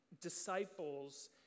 disciples